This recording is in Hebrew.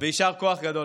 ויישר כוח גדול.